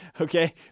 Okay